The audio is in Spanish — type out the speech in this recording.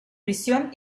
prisión